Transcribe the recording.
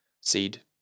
seed